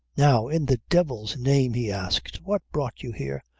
now, in the divil's name, he asked, what brought you here?